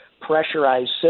pressurized